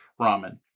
ramen